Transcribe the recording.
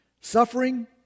Suffering